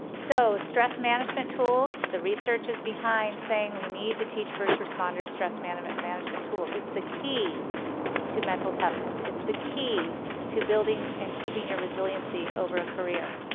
so stress management tools, the research is behind saying we need to teach first responders stress management management tools, it's the key to mental toughness, it's the key to building and keeping your resiliency over a career.